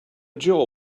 jaw